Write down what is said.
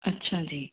ਅੱਛਾ ਜੀ